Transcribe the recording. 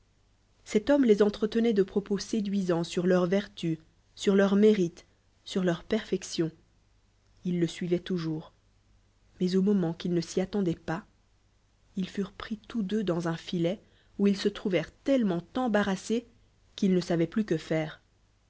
cet homme les entretenoit de propos séduisants sur leurs vertus sur leur mérite sur leurs perfections ils le suivoient toujours mais an moment qu'ils ne s'y aueodoient pas ils fu st l les r ncontre r i's se ronl icnl i s lit l ns un filet leur embarl'acs prov rent pris tous deux dans un filet oû ils se trouvheut tellement embarrassés qu'ils ne savoient plus que faire